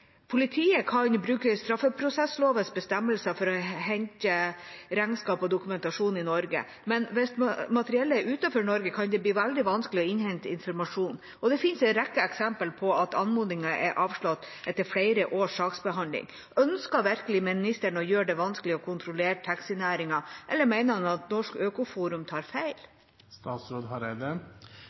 Politiet kan bruke straffeprosesslovens bestemmelser for å hente regnskap og dokumentasjon i Norge, men hvis materiellet er utenfor Norge, kan det bli veldig vanskelig å innhente informasjon. Det finnes en rekke eksempler på at anmodningen er avslått etter flere års saksbehandling. Ønsker virkelig ministeren å gjøre det vanskelig å kontrollere taxinæringen, eller mener han at Norsk Øko-Forum tar